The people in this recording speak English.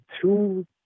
two